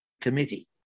committee